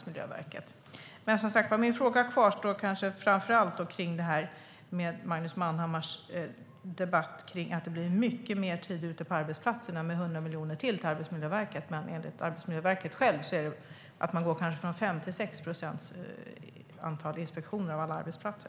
Men min fråga kvarstår, framför allt kring det som Magnus Manhammar sa om att det blir mycket mer tid ute på arbetsplatserna med ytterligare 100 miljoner till Arbetsmiljöverket. Enligt Arbetsmiljöverket går man i så fall från 5 till 6 procent i antalet inspektioner på arbetsplatser.